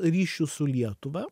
ryšių su lietuva